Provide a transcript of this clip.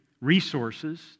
resources